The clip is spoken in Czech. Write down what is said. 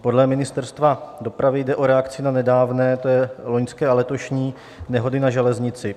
Podle Ministerstva dopravy jde o reakci na nedávné to je loňské a letošní nehody na železnici.